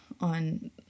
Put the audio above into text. on